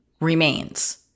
remains